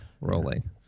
rolling